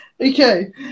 Okay